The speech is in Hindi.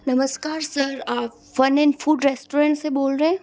नमस्कार सर आप फन एंड फ़ूड रेस्टोरेंट से बोल रहे हैं